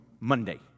Monday